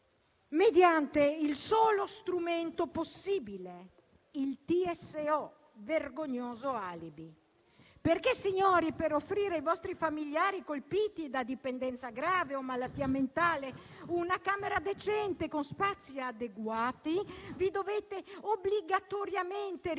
mediante il solo strumento possibile, il TSO, vergognoso alibi. Signori, per offrire ai vostri familiari colpiti da dipendenza grave o malattia mentale una camera decente con spazi adeguati, vi dovete obbligatoriamente rivolgere